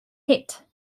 hit